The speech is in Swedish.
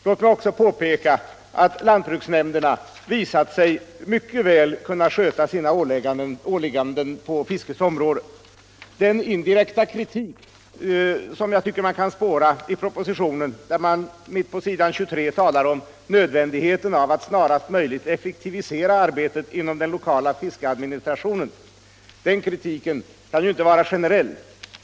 Låt mig också påpeka att lantbruksnämnderna visat sig mycket väl kunna sköta sina åligganden på fiskets område. Den indirekta kritik som jag tycker man kan spåra i propositionen, där det mitt på s. 23 talas om nödvändigheten av att snarast möjligt effektivisera arbetet inom den lokala fiskeadministrationen, kan ju inte vara generell.